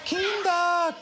Kinder